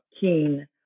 keen